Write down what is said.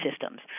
systems